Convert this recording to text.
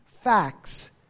facts